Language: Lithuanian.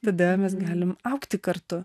tada mes galim augti kartu